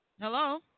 hello